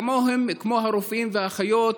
כמו הרופאים והאחיות,